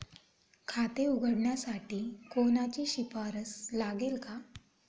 खाते उघडण्यासाठी कोणाची शिफारस लागेल का?